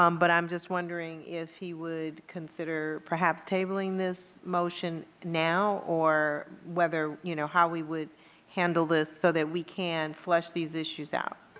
um but i'm just wondering if he would consider perhaps tabling this motion now or whether you know how we would handle this so that we can flesh these issues out.